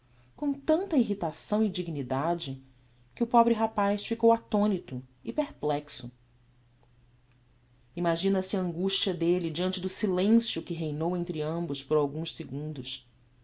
com tanta irritação e dignidade que o pobre rapaz ficou attonito e perplexo imagina se a augustia delle diante do silencio que reinou entre ambos por alguns segundos